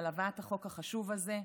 על הבאת החוק החשוב הזה,